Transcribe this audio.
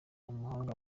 umuhanga